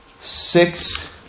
six